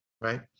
Right